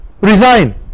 resign